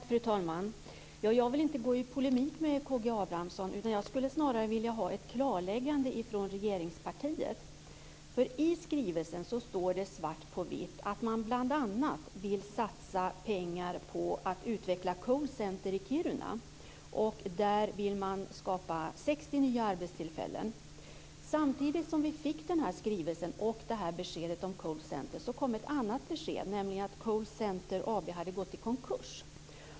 Fru talman! Jag vill inte gå i polemik med Karl Gustav Abramsson, utan jag skulle snarare vilja ha ett klarläggande från regeringspartiet. I skrivelsen står det svart på vitt att man bl.a. vill satsa pengar på att utveckla Cold Center i Kiruna. Och där vill man skapa 60 nya arbetstillfällen. Samtidigt som vi fick den här skrivelsen och det här beskedet om Cold Center kom ett annat besked, nämligen att Cold Center AB hade gått i konkurs.